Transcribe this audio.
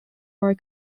more